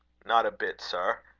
not a bit, sir.